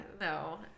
no